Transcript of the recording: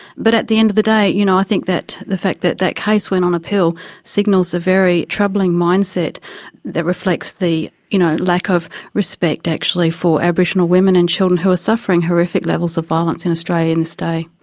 but at the end of the day you know i think that the fact that that case went on appeal signals a very troubling mindset that reflects the you know lack of respect actually for aboriginal women and children who are suffering horrific levels of violence in australia in this day.